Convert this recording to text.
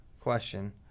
question